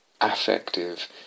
affective